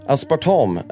Aspartam